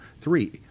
three